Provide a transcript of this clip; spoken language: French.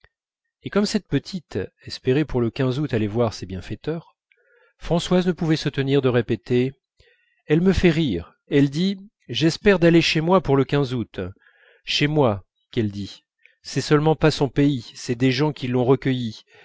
et comme cette petite espérait pour le août aller voir ses bienfaiteurs françoise ne pouvait se tenir de répéter elle me fait rire elle dit j'espère aller chez moi pour le août chez moi qu'elle dit c'est seulement pas son pays c'est des gens qui l'ont recueillie